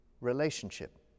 relationship